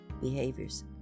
behaviors